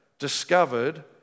discovered